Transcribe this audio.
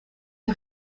een